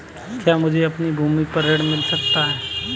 क्या मुझे अपनी भूमि पर ऋण मिल सकता है?